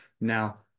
now